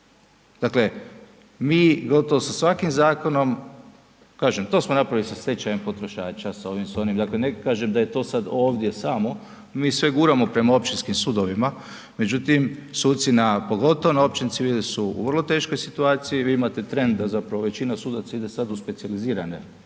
Dakle mi gotovo sa svakim zakonom, kažem, to smo napravili sa stečajem potrošača, sa ovim, onim, dakle neko kaže da je sad ovdje samo, mi sve guramo prema općinskim sudovima, međutim suci na pogotovo općim, civili su u vrlo teškoj situaciji, vi imate trend da zapravo većina sudaca ide sad u specijalizirane obiteljske